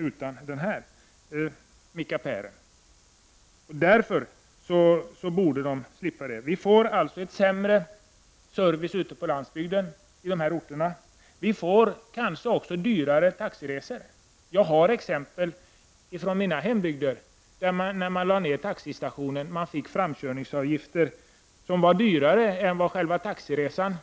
Därför borde taxichauffören slippa ha denna taxameter. Vi kommer annars att få en sämre service ute på landsbygden på dessa orter. Vi får kanske även dyrare taxiresor. Jag har ett exempel från min hembygd. När taxistationen lades ned blev framkörningsavgifterna större än kostnaderna för själva taxiresorna.